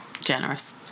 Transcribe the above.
generous